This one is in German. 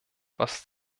was